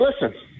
listen